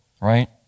right